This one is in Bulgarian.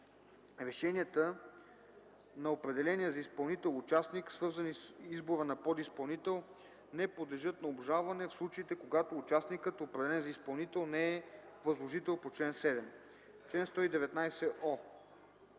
Решенията на определения за изпълнител участник, свързани с избора на подизпълнител, не подлежат на обжалване в случаите, когато участникът, определен за изпълнител, не е възложител по чл. 7.